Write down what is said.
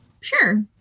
sure